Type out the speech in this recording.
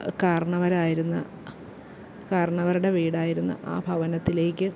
കാരണന്നവരായിരുന്ന കാരണവരുടെ വീടായിരുന്ന ആ ഭവനത്തിലേക്ക്